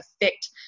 affect